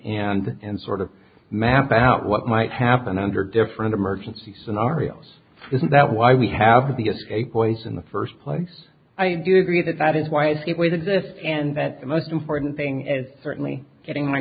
in and sort of map out what might happen under different emergency scenarios is that why we have the escape boys in the first place i do agree that that is why it's the way to do this and that the most important thing is certainly getting m